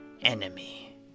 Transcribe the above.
enemy